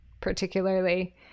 particularly